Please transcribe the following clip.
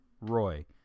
Roy